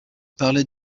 parlait